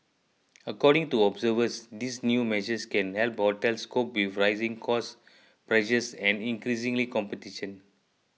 according to observers these new measures can help hotels cope with rising cost pressures and increasingly competition